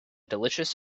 delicious